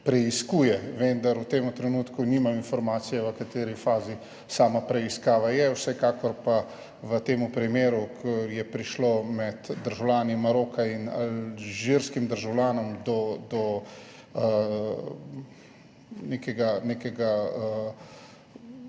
preiskuje, vendar v tem trenutku nimam informacije, v kateri fazi je sama preiskava. Vsekakor pa je v tem primeru, ko je prišlo med državljani Maroka in alžirskim državljanom do nekega